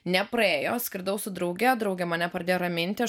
nepraėjo skridau su drauge draugė mane pradėjo raminti aš